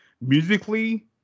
musically